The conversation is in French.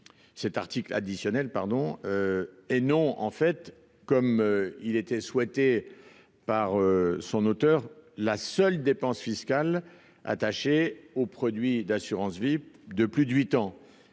cet article additionnel pardon et non en fait, comme il était souhaité par son auteur, la seule dépense fiscale attachés aux produits d'assurance-vie de plus de 8 ans